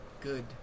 good